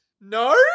No